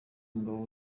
umugabo